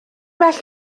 well